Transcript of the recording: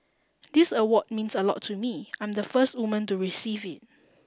this award means a lot to me I'm the first woman to receive it